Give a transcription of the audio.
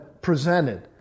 presented